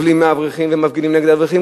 סובלים מהאברכים ומפגינים נגד אברכים.